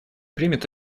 примет